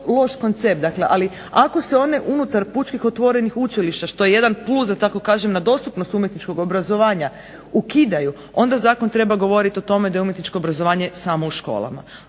loš koncept, ali ako se one unutar pučkih otvorenih učilišta što je jedan plus da tako kažem na dostupnost umjetničkog obrazovanja ukidaju onda zakon treba govoriti o tome da je umjetničko obrazovanje samo u školama.